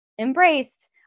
embraced